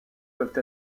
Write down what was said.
peuvent